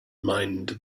mind